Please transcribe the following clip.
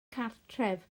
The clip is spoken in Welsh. cartref